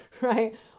right